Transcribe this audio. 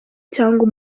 cyangwa